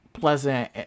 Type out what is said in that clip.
pleasant